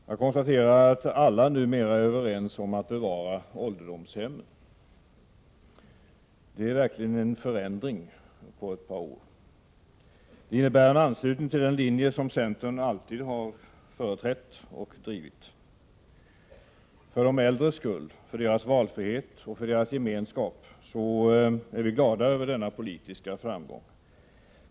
Herr talman! Jag konstaterar att alla numera är överens om att bevara ålderdomshemmen. Det är verkligen en förändring på ett par år och innebär en anslutning till den linje som centern alltid har företrätt och drivit. För de äldres skull, för deras valfrihet och för deras gemenskap är vi glada över denna politiska framgång.